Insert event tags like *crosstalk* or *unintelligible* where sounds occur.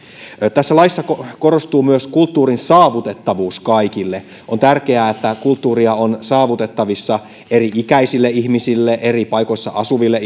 tässä laissa korostuu myös kulttuurin saavutettavuus kaikille on tärkeää että kulttuuri on saavutettavissa eri ikäisille ihmisille eri paikoissa asuville *unintelligible*